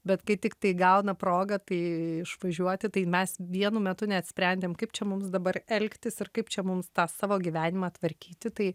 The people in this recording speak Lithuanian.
bet kai tiktai gauna progą tai išvažiuoti tai mes vienu metu net sprendėm kaip čia mums dabar elgtis ir kaip čia mums tą savo gyvenimą tvarkyti tai